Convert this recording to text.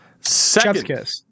second